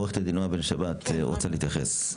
עו"ד נעה בן שבת רוצה להתייחס.